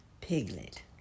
Piglet